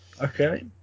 Okay